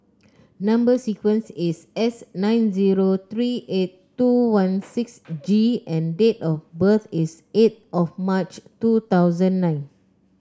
number sequence is S nine zero three eight two one six G and date of birth is eight of March two thousand nine